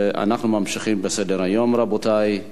ואנחנו ממשיכים בסדר-היום, רבותי.